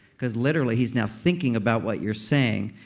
cause literally, he's now thinking about what you're saying.